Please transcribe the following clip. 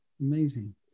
Amazing